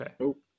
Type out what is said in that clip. Okay